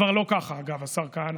זה כבר לא ככה, אגב, השר כהנא.